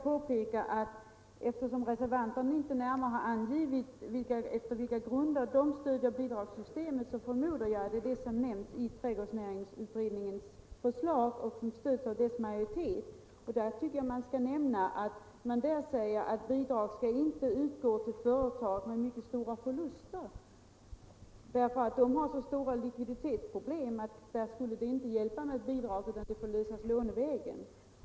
Men eftersom reservanterna inte har närmare angivet på vilka grunder de stöder bidragssystemet förmodar jag att grunderna är desamma som i trädgårdsnäringsutredningens förslag, vilket stöds av utredningens majoritet. Och då tycker jag att det bör nämnas att det i utredningens förslag sägs att bidrag inte skall utgå till företag med mycket stora förluster, ty de har så stora likviditetsproblem att det inte skulle hjälpa med bidrag utan svårigheterna får lösas lånevägen.